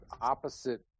opposite